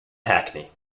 hackney